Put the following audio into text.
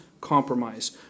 compromise